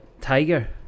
Tiger